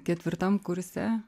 ketvirtam kurse